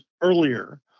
earlier